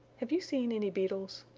have you seen any beetles?